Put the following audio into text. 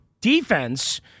Defense –